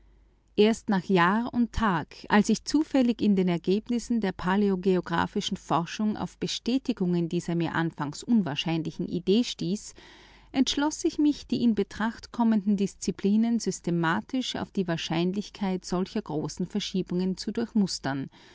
erst nach jahr und tag als ich zufällig mit den paläontologischen ergebnissen über frühere landverbindungen im südund nordatlantik bekannt wurde entschloß ich mich die in betracht kommenden wissenschaften systematisch auf die wahrscheinlichkeit solcher großen verschiebungen zu durchmustern